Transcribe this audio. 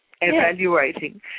evaluating